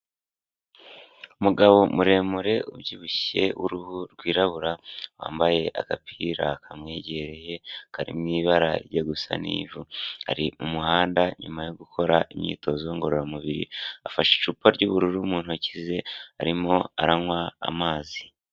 Umugabo muremure ubyibushye w'uruhu rwirabura wambaye agapira kamwegereye kari mu ibara rijya gusa n'ivu ari umuhanda nyuma yo gukora imyitozo ngororamubiri afashe icupa ry'ubururu mu ntoki ze arimo aranywa amazi.